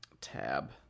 tab